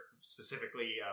specifically